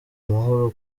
amahoro